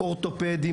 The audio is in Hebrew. אורתופדים,